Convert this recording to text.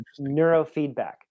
neurofeedback